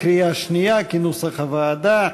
לקריאה שנייה כנוסח הוועדה,